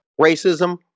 racism